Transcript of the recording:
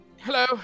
Hello